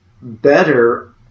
better